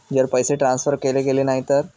जर पैसे ट्रान्सफर केले गेले नाही तर?